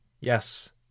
Yes